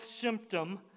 symptom